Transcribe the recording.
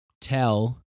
tell